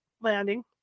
landing